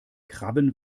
krabben